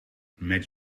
met